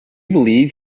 believe